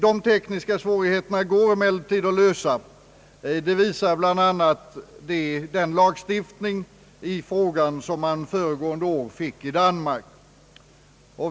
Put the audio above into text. De tekniska svårigheterna går emellertid att lösa det visar bl.a. den lagstiftning i frågan som föregående år genomfördes i Danmark.